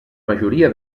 majoria